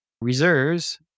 reserves